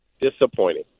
Disappointing